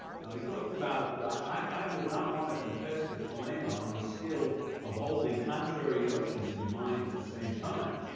now he talked about, i would not want to contest with palaima on the skill of holding contrary notions in your mind at the same time.